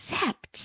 accept